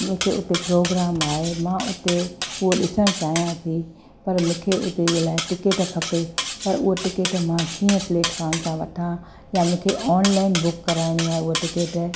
मूंखे उते प्रोग्राम आहे मां उते उहो ॾिसणु चाहियां थी पर मूंखे उते जे लाइ टिकेट खपे पर उहा टिकेट मां कीअं प्लेटफॉम था वठां या मूंखे ऑनलाइन बुक कराइणी आहे उहा टिकेट